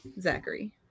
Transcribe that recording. Zachary